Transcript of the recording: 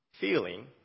feeling